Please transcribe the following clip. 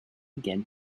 again